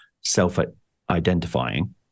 self-identifying